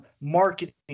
marketing